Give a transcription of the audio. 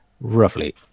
roughly